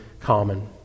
common